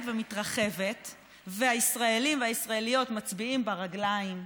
ומתרחבת והישראלים והישראליות מצביעים ברגליים,